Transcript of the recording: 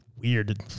weird